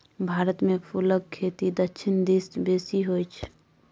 भारतमे फुलक खेती दक्षिण दिस बेसी होय छै